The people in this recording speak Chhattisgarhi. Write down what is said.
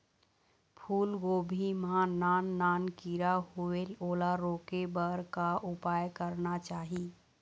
फूलगोभी मां नान नान किरा होयेल ओला रोके बर का उपाय करना चाही?